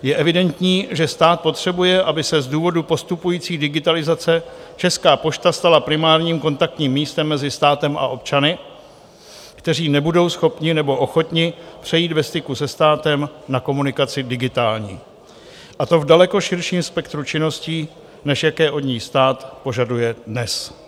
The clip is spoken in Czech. Je evidentní, že stát potřebuje, aby se z důvodu postupující digitalizace Česká pošta stala primárním kontaktním místem mezi státem a občany, kteří nebudou schopni nebo ochotni přejít ve styku se státem na komunikaci digitální, a to v daleko širším spektru činností, než jaké od ní stát požaduje dnes.